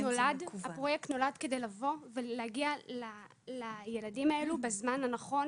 הפרויקט נולד כדי לבוא ולהגיע לילדים האלה בזמן הנכון,